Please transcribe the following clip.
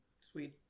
Sweet